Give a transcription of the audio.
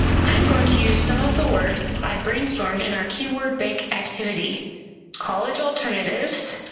i am going to use some of the words i brainstormed in our keyword bank activity college alternatives